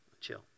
chill